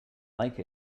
like